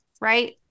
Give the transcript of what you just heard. right